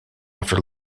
after